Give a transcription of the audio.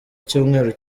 icyumweru